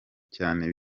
cyane